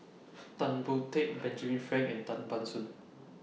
Tan Boon Teik Benjamin Frank and Tan Ban Soon